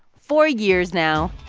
for years now